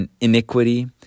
iniquity